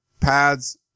pads